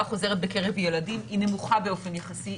החוזרת בקרב ילדים היא נמוכה באופן יחסי.